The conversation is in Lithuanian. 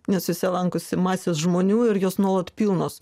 nes jose lankosi masės žmonių ir jos nuolat pilnos